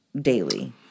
daily